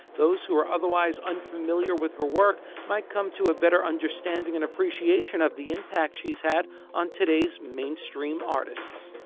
those who are otherwise unfamiliar with her work might come to a better understanding and appreciation of the impact she's had on today's mainstream artists.